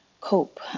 cope